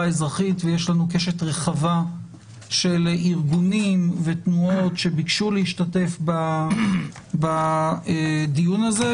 האזרחית ויש לנו קשת רחבה של ארגונים ותנועות שביקשו להשתתף בדיון הזה,